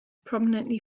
prominently